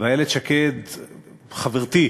ואיילת שקד חברתי,